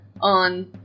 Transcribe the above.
on